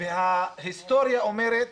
ההיסטוריה אומרת